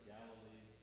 Galilee